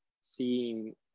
seeing